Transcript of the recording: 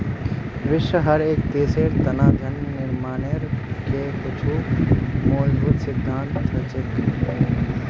विश्वत हर एक देशेर तना धन निर्माणेर के कुछु मूलभूत सिद्धान्त हछेक